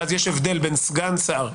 ואז יש הבדל בין סגן שר,